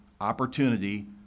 opportunity